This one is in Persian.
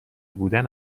بودن